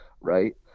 right